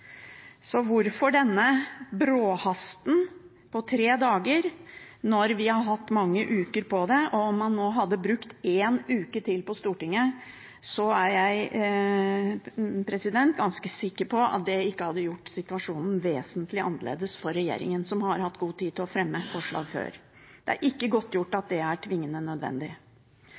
Så hvorfor denne bråhasten på tre dager når vi har hatt mange uker på det? Om man nå hadde brukt én uke til på Stortinget, er jeg ganske sikker på at det ikke hadde gjort situasjonen vesentlig annerledes for regjeringen, som har hatt god tid til å fremme forslag før. Det er ikke